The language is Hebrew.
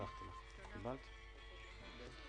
בכל אופן ולסיכום,